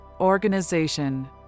Organization